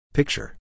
Picture